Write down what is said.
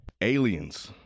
Aliens